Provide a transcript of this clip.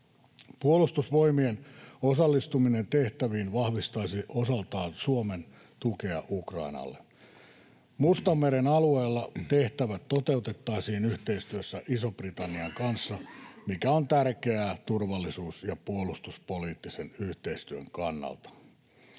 Puolustusvoimien osallistuminen tehtäviin vahvistaisi osaltaan Suomen tukea Ukrainalle. Mustanmeren alueella tehtävät toteutettaisiin yhteistyössä Ison-Britannian kanssa, mikä on tärkeää turvallisuus‑ ja puolustuspoliittisen yhteistyön kannalta.